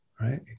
right